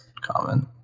common